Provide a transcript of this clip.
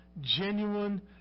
genuine